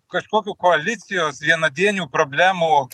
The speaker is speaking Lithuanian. kažkokių koalicijos vienadienių problemų